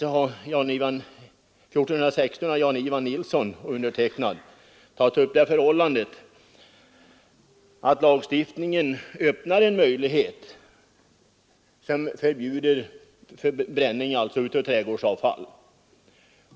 I motion 1416 har herr Nilsson i Tvärålund och jag tagit upp det förhållandet att lagstiftningen öppnar en möjlighet att förbjuda bränning av trädgårdsavfall.